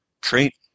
trait